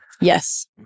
Yes